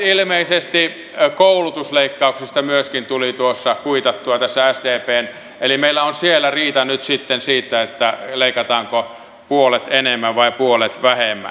puolet koulutusleikkauksista ilmeisesti myöskin tuli kuitattua tässä sdpn mallissa eli meillä on siellä riita nyt siitä leikataanko puolet enemmän vai puolet vähemmän